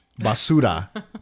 Basura